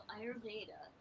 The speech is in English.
Ayurveda